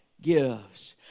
gives